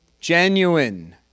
genuine